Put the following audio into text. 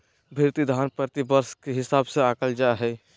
भृति धन प्रतिवर्ष के हिसाब से आँकल जा हइ